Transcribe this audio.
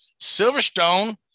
silverstone